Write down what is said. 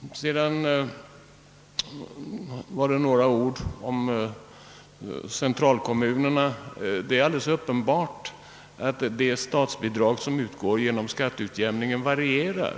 Jag vill också säga några ord om centralkommunerna. Det är alldeles uppenbart att det statsbidrag som utgår genom skatteutjämningen varierar.